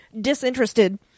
disinterested